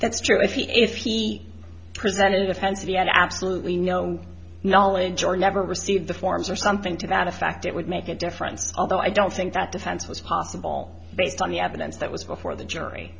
that's true if he if he presented offense he had absolutely no knowledge or never received the forms or something to that effect it would make a difference although i don't think that defense was possible based on the evidence that was before the jury